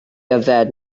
yfed